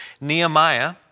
Nehemiah